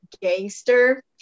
gangster